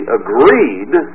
agreed